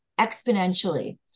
exponentially